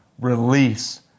release